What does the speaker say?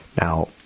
Now